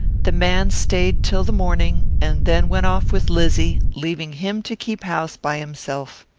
the man stayed till the morning, and then went off with lizzy, leaving him to keep house by himself.